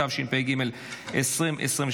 התשפ"ג 2023,